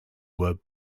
were